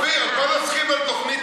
אופיר, אז בוא נסכים על תוכנית